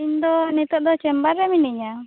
ᱤᱧ ᱫᱚ ᱱᱤᱛᱚᱜ ᱫᱚ ᱪᱮᱢᱵᱟᱨ ᱨᱮ ᱢᱤᱱᱟᱹᱧᱟ